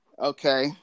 Okay